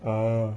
oh